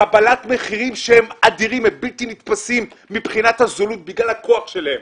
קבלת מחירים שהם אדירים והם בלתי נתפסים מבחינת הזולות בגלל הכוח שלהם,